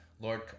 Lord